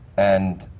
and